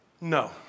no